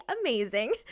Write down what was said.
amazing